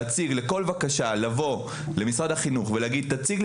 להציג לכל בקשה לבוא למשרד החינוך ולהגיד תציג לי